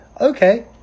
okay